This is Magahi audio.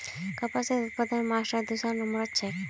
कपासेर उत्पादनत महाराष्ट्र दूसरा नंबरत छेक